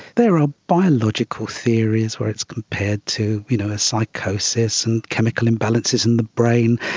there are biological theories where it's compared to you know a psychosis and chemical imbalances in the brain,